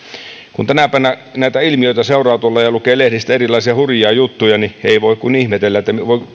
kun tänä päivänä näitä ilmiöitä seuraa tuolla ja lukee lehdistä erilaisia hurjia juttuja niin ei voi kuin ihmetellä